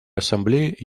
ассамблеи